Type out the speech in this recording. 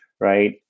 right